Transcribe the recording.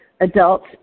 adults